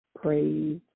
praise